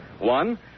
One